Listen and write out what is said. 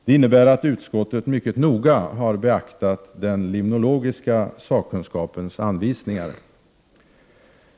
Det innebär att utskottet mycket noga har beaktat den limnologiska sakkunskapens anvisningar.